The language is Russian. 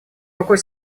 какой